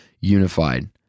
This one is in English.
unified